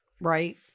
right